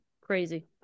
crazy